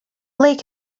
lake